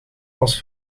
als